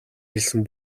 хэлсэн